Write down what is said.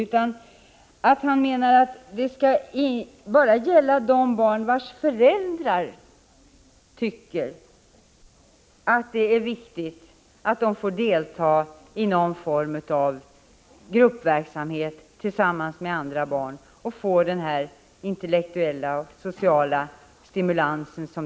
Menar han att det bara skall gälla de barn vilkas föräldrar tycker att det är viktigt att de får delta i någon form av gruppverksamhet tillsammans med andra barn och få denna intellektuella och sociala stimulans?